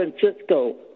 Francisco